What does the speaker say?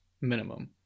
minimum